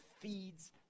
feeds